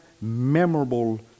memorable